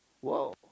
Whoa